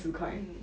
mm